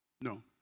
No